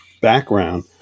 background